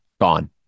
Gone